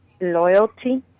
Loyalty